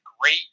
great